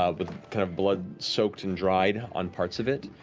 ah but kind of blood soaked and dried on parts of it,